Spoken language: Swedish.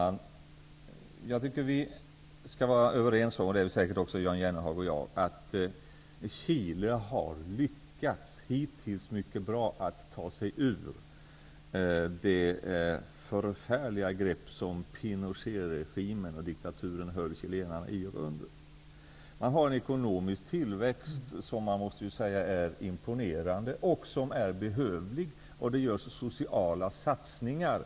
Fru talman! Jag tycker att vi skall vara överens om -- det är vi säkert också Jan Jennehag och jag -- att Chile hittills har lyckats mycket bra att ta sig ur det förfärliga grepp i vilket Pinochetregimen och diktaturen höll chilenarna. Chile har en ekonomisk tillväxt som man måste säga är imponerande och behövlig. Det görs också sociala satsningar.